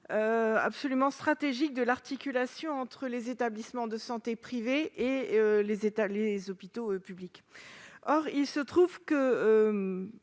absolument stratégique de l'articulation entre les établissements de santé privés et les hôpitaux publics. Or ces deux